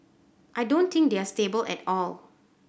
I don't think they are stable at all